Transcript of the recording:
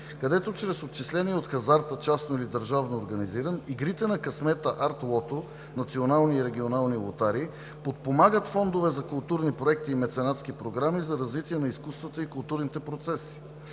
където чрез отчисление от хазарта – частно или държавно организиран, игрите на късмета „Арт лото“, национални и регионални лотарии, подпомагат фондове за културни проекти и меценатски програми за развитие на изкуствата и културните процеси.